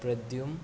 प्रद्दूम